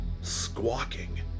squawking